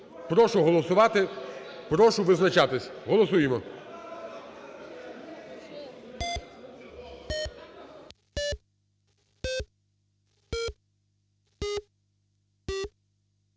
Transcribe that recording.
Прошу голосувати. Прошу визначатись. Голосуємо.